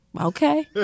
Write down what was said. Okay